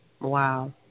Wow